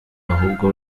ahubwo